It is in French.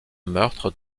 meurtres